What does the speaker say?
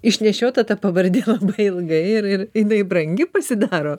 išnešiota ta pavardė labai ilgai ir ir jinai brangi pasidaro